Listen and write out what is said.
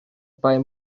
bai